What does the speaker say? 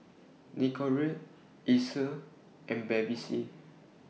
Nicorette Acer and Bevy C